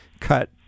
cut